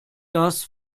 das